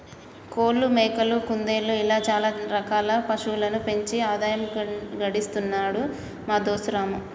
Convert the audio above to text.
కోళ్లు మేకలు కుందేళ్లు ఇలా చాల రకాల పశువులను పెంచి ఆదాయం గడిస్తున్నాడు మా దోస్తు రాము